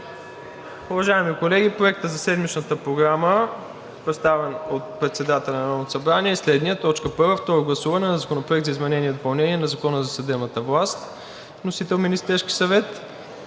Уважаеми колеги, Проектът за седмичната Програма от председателя на Народното събрание е следният: „1. Второ гласуване на Законопроекта за изменение и допълнение на Закона за съдебната власт. Вносител е Министерският съвет,